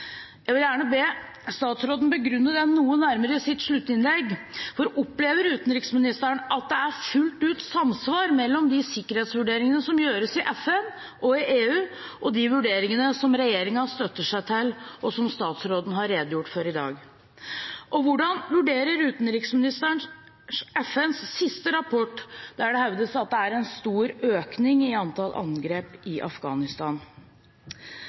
sitt sluttinnlegg, for opplever utenriksministeren at det fullt ut er samsvar mellom de sikkerhetsvurderingene som gjøres i FN og i EU, og de vurderingene som regjeringen støtter seg til, og som statsråden har redegjort for i dag? Og hvordan vurderer utenriksministeren FNs siste rapport, der det hevdes at det er en stor økning i antall angrep i Afghanistan?